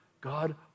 God